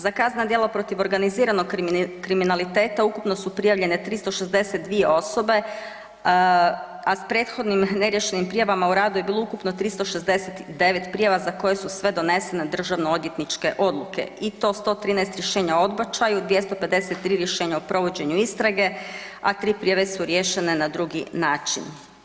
Za kaznena djela protiv organiziranog kriminaliteta ukupno su prijavljene 362 osobe, a s prethodnim neriješenim prijavama u radu je bilo ukupno 369 prijava za koje su sve donesene državnog odvjetničke odluke i to 113 rješenja o odbačaju, 250 rješenja o provođenju istrage, a 3 prijave su riješene na drugi način.